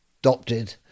adopted